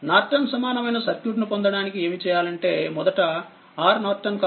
Norton సమానమైన circuit పొందడానికి ఏమి చేయాలంటే మొదట RN కావాలంటే RNRTh